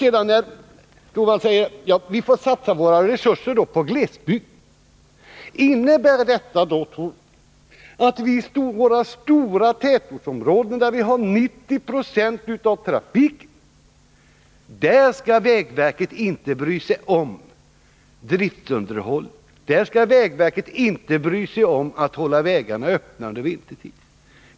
Sedan säger herr Torwald att vi får satsa våra resurser på glesbygden. Innebär detta, herr Torwald, att vägverket i våra tätortsområden, som har 90 90 av trafiken, inte skall bry sig om vägunderhållet och inte bry sig om att hålla vägarna öppna under vintertid?